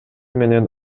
менен